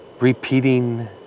repeating